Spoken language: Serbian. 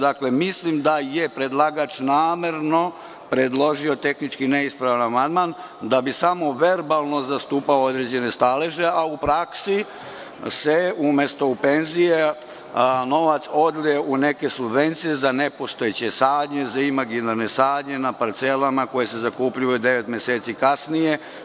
Dakle, mislim da je predlagač namerno predložio tehnički neispravan amandman da bi samo verbalno zastupao određene staleže, a u praksi se umesto u penzije novac odlije u neke subvencije za nepostojeće sadnje, za imaginarne sadnje na parcelama koje se zakupljuju devet meseci kasnije.